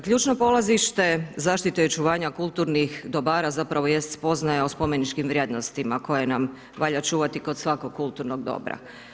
Ključno polazište zaštite i očuvanja kulturnih dobara zapravo jest spoznaja o spomeničkim vrijednostima koje nam valja čuvati kod svakog kulturnog dobra.